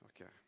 Okay